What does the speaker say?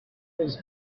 his